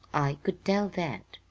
i could tell that.